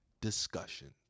discussions